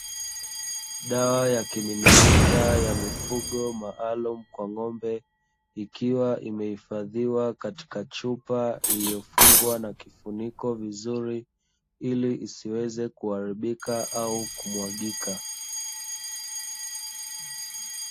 Dawa ya kimiminika ya mifugo maalumu kwa ng'ombe, ikiwa imehifadhiwa katika chupa iliyofungwa na kifuniko vizuri ili isiweze kuaribika au kumwagika.